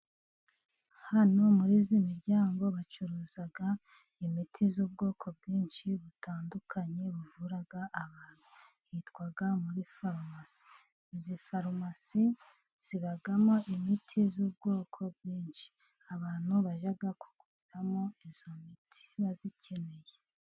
Hano muri iyi miryango bacuruza imiti y'ubwoko bwinshi butandukanye, buvura abantu hitwa muri farumasi, iyi farumasi ibamo imiti y'ubwoko bwinshi, abantu bajya kuguriramo iyo miti bayikeneye.